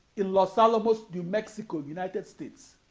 in los alamos, new mexico, united states,